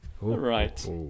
Right